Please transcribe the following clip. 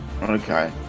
Okay